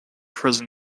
prison